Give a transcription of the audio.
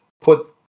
put